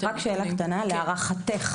להערכתך,